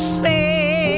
say